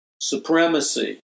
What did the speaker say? supremacy